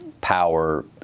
power